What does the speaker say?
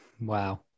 Wow